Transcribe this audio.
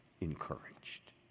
encouraged